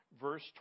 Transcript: verse